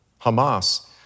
Hamas